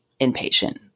inpatient